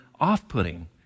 off-putting